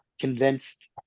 convinced